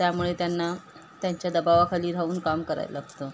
त्यामुळे त्यांना त्यांच्या दबावाखाली राहून काम करायला लागतं